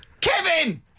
Kevin